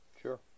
Sure